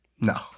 No